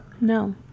no